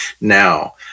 Now